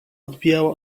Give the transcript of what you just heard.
odbijała